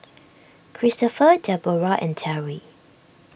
Christopher Deborrah and Terry